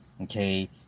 okay